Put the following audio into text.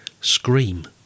Scream